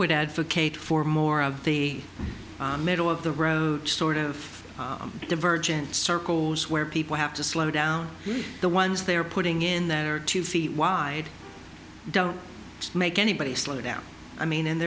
would advocate for more of the middle of the road sort of divergent circles where people have to slow down the ones they are putting in their two feet wide don't make anybody slow down i mean and